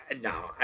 No